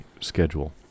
schedule